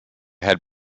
had